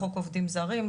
בחוק עובדים זרים,